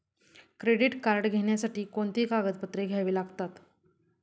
Credit card घेण्यासाठी कोणती कागदपत्रे घ्यावी लागतात?